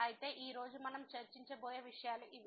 అయితే ఈ రోజు మనం చర్చించబోయే విషయాలు ఇవి